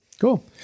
cool